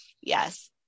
yes